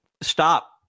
stop